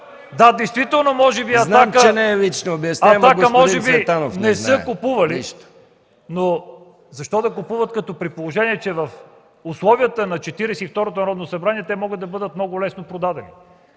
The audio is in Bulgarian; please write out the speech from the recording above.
Да, действително може би „Атака” не са купували, но защо да купуват, при положение че в условията на Четиридесет и второто Народно събрание те могат да бъдат много лесно продадени